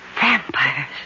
Vampires